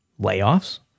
layoffs